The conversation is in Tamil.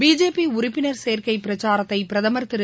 பிஜேபி உறுப்பினர் சேர்க்கை பிரச்சாரத்தை பிரதமர் திரு